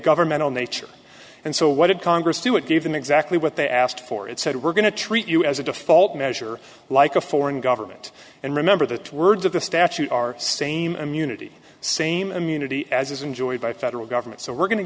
governmental nature and so what did congress do it gave them exactly what they asked for it said we're going to treat you as a default measure like a foreign government and remember the words of the statute are same immunity same immunity as is enjoyed by federal government so we're going to